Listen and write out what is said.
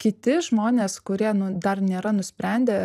kiti žmonės kurie nu dar nėra nusprendę